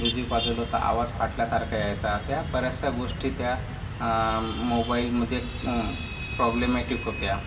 music वाजवलं तर आवाज फाटल्यासारखा यायचा त्या बऱ्याचशा गोष्टी त्या मोबाईलमध्ये प्रॉब्लेमेटिक होत्या